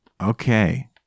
Okay